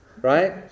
right